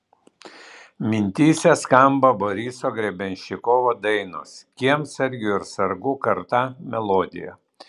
mintyse skamba boriso grebenščikovo dainos kiemsargių ir sargų karta melodija